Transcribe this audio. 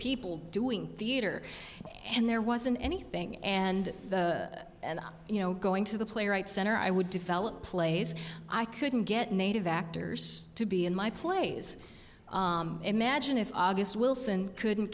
people doing theater and there wasn't anything and you know going to the playwright center i would develop plays i couldn't get native actors to be in my plays imagine if august wilson couldn't